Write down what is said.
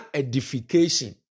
edification